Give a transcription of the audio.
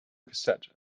cassette